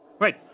Wait